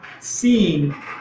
seeing